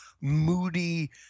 moody